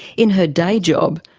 in her day job,